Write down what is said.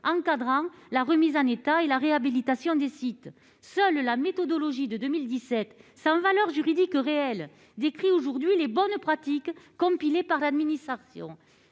encadrant la remise en état et la réhabilitation des sites. Seule la méthodologie de 2017, qui est dépourvue de réelle valeur juridique, décrit aujourd'hui les bonnes pratiques compilées par l'administration.